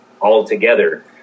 altogether